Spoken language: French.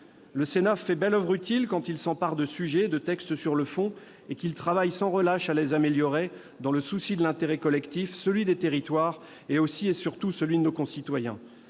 Le Sénat fait belle oeuvre utile quand il s'empare de sujets et de textes sur le fond, et qu'il travaille sans relâche à les améliorer dans le souci de l'intérêt collectif, celui des territoires et, aussi et surtout, celui de nos concitoyens.